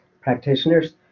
practitioners